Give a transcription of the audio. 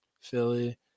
Philly